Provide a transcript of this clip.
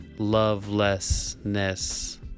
Lovelessness